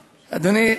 אדוני,